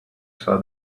saw